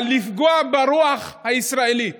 אבל לפגוע ברוח הישראלית